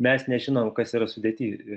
mes nežinom kas yra sudėty ir